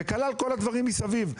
וכנ"ל כל הדברים מסביב.